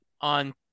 on